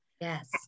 Yes